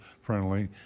friendly